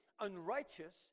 unrighteous